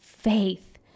faith